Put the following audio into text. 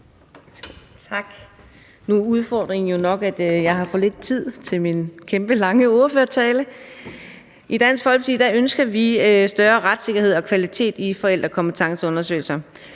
Nu er udfordringen jo nok, at jeg har for lidt tid til min kæmpe, lange ordførertale I Dansk Folkeparti ønsker vi større retssikkerhed og kvalitet i forældrekompetenceundersøgelser.